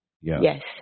Yes